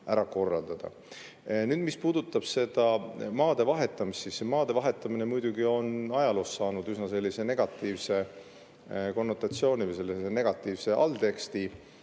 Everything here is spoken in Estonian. ära korraldada. Nüüd, mis puudutab maade vahetamist, siis see maade vahetamine muidugi on ajaloos saanud üsna negatiivse konnotatsiooni või negatiivse allteksti.